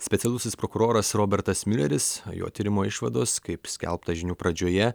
specialusis prokuroras robertas miuleris o jo tyrimo išvados kaip skelbta žinių pradžioje